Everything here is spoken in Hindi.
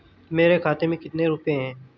मेरे खाते में कितने रुपये हैं?